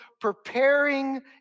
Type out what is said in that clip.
preparing